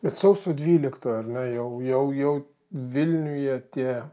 bet sausio dvyliktą ar ne jau jau jau vilniuje tie